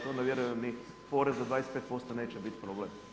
Onda vjerujem ni porez od 25% neće bit problem.